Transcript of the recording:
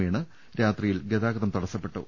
വീണ് രാത്രിയിൽ ഗതാഗതം തടസ്സപ്പെട്ടു